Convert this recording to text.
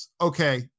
Okay